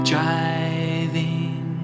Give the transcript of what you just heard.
Driving